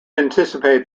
anticipate